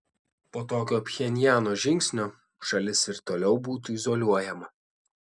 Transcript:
po tokio pchenjano žingsnio šalis ir toliau būtų izoliuojama